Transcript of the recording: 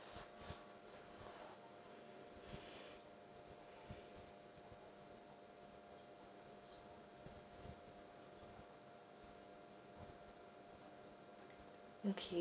okay